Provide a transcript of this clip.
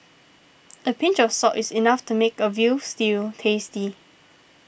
a pinch of salt is enough to make a Veal Stew tasty